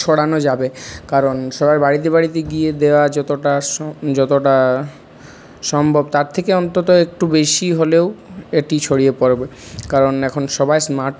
ছড়ানো যাবে কারণ সবার বাড়িতে বাড়িতে গিয়ে দেওয়া যতটা যতটা সম্ভব তার থেকে অন্তত একটু বেশি হলেও এটি ছড়িয়ে পড়বে কারণ এখন সবাই স্মার্ট